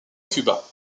cuba